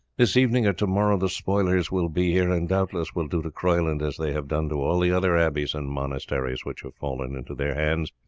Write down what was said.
this evening or to-morrow the spoilers will be here, and doubtless will do to croyland as they have done to all the other abbeys and monasteries which have fallen into their hands.